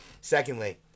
Secondly